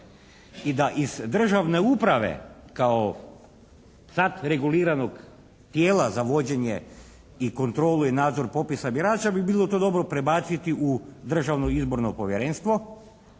I da iz državne uprave kao tad reguliranog tijela za vođenje i kontrolu i nadzor popisa birača bi bilo to dobro prebaciti u Državno izborno povjerenstvo